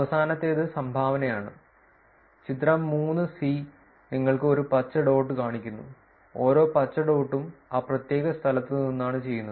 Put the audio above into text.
അവസാനത്തേത് സംഭാവനയാണ് ചിത്രം 3 സി നിങ്ങൾക്ക് ഒരു പച്ച ഡോട്ട് കാണിക്കുന്നു ഓരോ പച്ച ഡോട്ടും ആ പ്രത്യേക സ്ഥലത്ത് നിന്നാണ് ചെയ്യുന്നത്